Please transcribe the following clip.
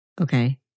Okay